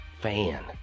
fan